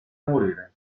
morire